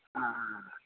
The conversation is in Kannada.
ಹಾಂ ಹಾಂ ಹಾಂ